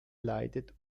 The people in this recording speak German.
leidet